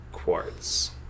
quartz